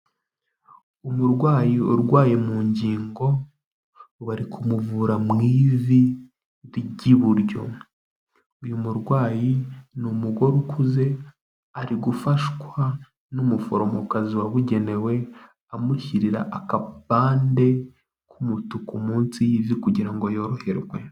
Umurwayi urwaye mu ngingo bari kumuvura mu ivi ry'iburyo. Uyu murwayi ni umugore ukuze ari gufashwa n'umuforomokazi wabugenewe, amushyirira aka bande y'umutuku munsi y'ivi kugira ngo yoroherwe.